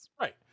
Right